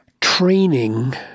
training